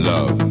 Love